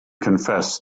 confessed